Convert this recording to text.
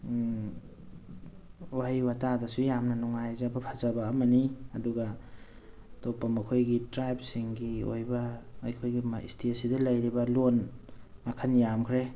ꯋꯥꯍꯩ ꯋꯥꯇꯥꯗꯁꯨ ꯌꯥꯝꯅ ꯅꯨꯡꯉꯥꯏꯖꯕ ꯐꯖꯕ ꯑꯃꯅꯤ ꯑꯗꯨꯒ ꯑꯇꯣꯞꯄ ꯃꯈꯣꯏꯒꯤ ꯇ꯭ꯔꯥꯏꯕꯁꯤꯡꯒꯤ ꯑꯣꯏꯕ ꯑꯩꯈꯣꯏꯒꯤ ꯁ꯭ꯇꯦꯠꯁꯤꯗ ꯂꯩꯔꯤꯕ ꯂꯣꯟ ꯃꯈꯟ ꯌꯥꯝꯈ꯭ꯔꯦ